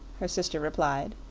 her sister replied.